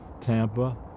tampa